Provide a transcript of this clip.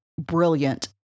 brilliant